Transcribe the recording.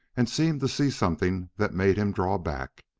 and seemed to see something that made him draw back.